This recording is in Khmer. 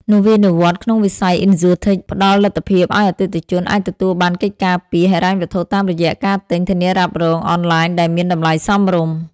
នវានុវត្តន៍ក្នុងវិស័យ Insurtech ផ្ដល់លទ្ធភាពឱ្យអតិថិជនអាចទទួលបានកិច្ចការពារហិរញ្ញវត្ថុតាមរយៈការទិញធានារ៉ាប់រងអនឡាញដែលមានតម្លៃសមរម្យ។